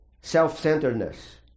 self-centeredness